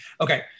Okay